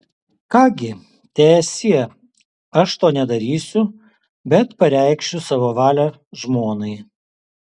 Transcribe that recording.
ką gi teesie aš to nedarysiu bet pareikšiu savo valią žmonai